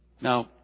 Now